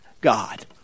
God